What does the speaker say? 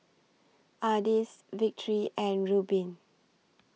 Ardis Victory and Rubin